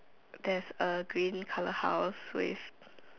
there's a green color house with